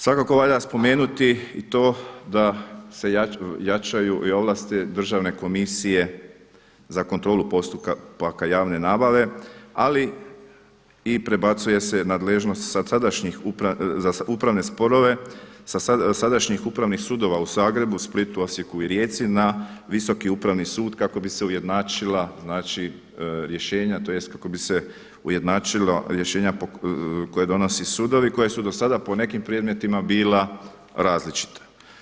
Svakako valja spomenuti i to da se jačaju ovlasti Državne komisije za kontrolu postupaka javne nabave, ali i prebacuje se nadležnost za upravne sporove sa sadašnjih upravnih sudova u Zagrebu, Splitu, Osijeku i Rijeci na Visoki upravni sud kako bi se ujednačila rješenja, tj. kako bi se ujednačila rješenja koja donose sudovi koja su do sada po nekim predmetima bila različita.